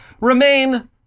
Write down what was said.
remain